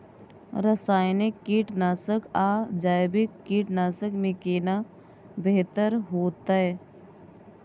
रसायनिक कीटनासक आ जैविक कीटनासक में केना बेहतर होतै?